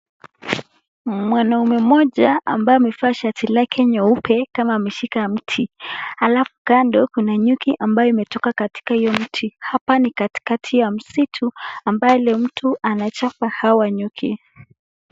Mwanaume mmoja ambaye amevaa shati lake nyeupe kama ameshika mti, alafu kando kuna nyuki ambayo ime toka katika hio mti, hapa ni katikati ya msitu ambalo ule mtu anachapa hawa nyuki.